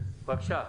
כהן, בבקשה.